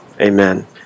Amen